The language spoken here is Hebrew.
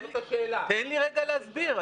תן לי רגע להסביר.